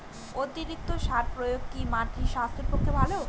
অতিরিক্ত সার প্রয়োগ কি মাটির স্বাস্থ্যের পক্ষে ভালো?